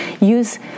use